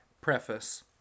Preface